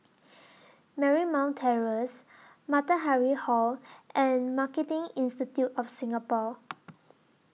Marymount Terrace Matahari Hall and Marketing Institute of Singapore